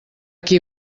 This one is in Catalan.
qui